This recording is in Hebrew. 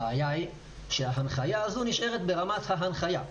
הבעיה היא שההנחיה הזו נשארת ברמת ההנחיה.